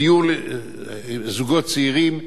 דיור לזוגות צעירים,